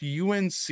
UNC